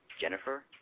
Jennifer